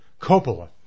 Coppola